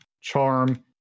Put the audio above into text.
charm